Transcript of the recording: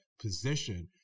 position